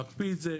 להקפיא את זה,